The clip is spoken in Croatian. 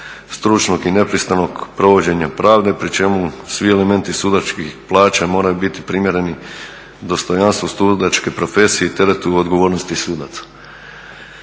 stručnog i nepristranog … pravde pri čemu svi elementi sudačkih plaća moraju biti primjereni dostojanstvu sudačke profesije i teretu odgovornosti sudaca.